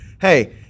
Hey